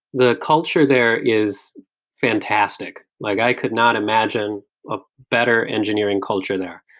the culture there is fantastic. like i could not imagine a better engineering culture there.